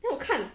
then 我看